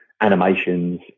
animations